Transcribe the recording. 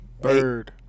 Bird